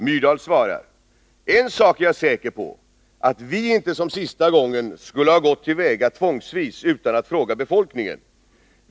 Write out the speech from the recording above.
Myrdal svarar: ”En sak är jag säker på: att vi inte som sista gången skulle ha gått till väga tvångsvis utan att fråga befolkningen.